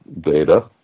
data